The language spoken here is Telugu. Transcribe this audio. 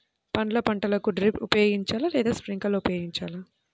పండ్ల పంటలకు డ్రిప్ ఉపయోగించాలా లేదా స్ప్రింక్లర్ ఉపయోగించాలా?